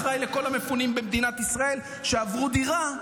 ואחראי לכל המפונים במדינת ישראל שעברו דירה,